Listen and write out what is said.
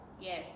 Yes